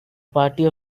party